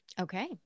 Okay